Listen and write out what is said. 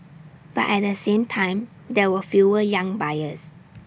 but at the same time there are were fewer young buyers